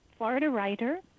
floridawriter